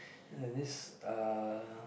and this uh